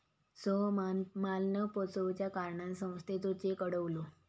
सोहमान माल न पोचवच्या कारणान संस्थेचो चेक अडवलो